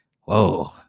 Whoa